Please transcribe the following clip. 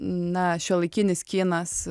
na šiuolaikinis kinas